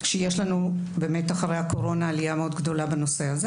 יש לנו עלייה מאוד גדולה בנושא הזה